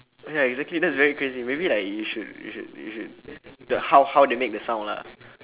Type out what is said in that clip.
oh ya exactly that's very crazy maybe like you should you should you should the how how they make the sound lah